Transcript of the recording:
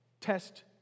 test